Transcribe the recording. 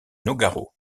nogaro